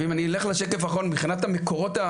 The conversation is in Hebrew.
זו גם אחת מהמטרות.